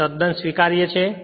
તે તદ્દન સ્વીકાર્ય છે